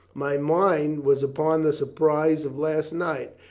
my mind was upon the surprise of last night.